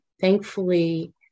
thankfully